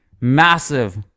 massive